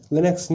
Linux